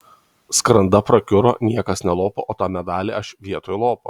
skranda prakiuro niekas nelopo o tą medalį aš vietoj lopo